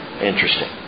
Interesting